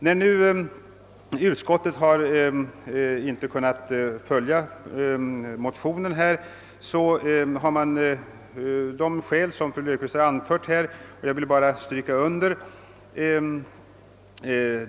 När nu utskottsmajoriteten inte kunnat följa motionsyrkandena har det varit av skäl som fru Löfqvist refererat från utskottsutlåtandet.